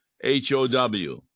H-O-W